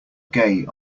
gay